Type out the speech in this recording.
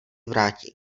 vrátí